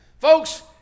Folks